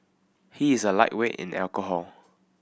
he is a lightweight in alcohol